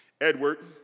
Edward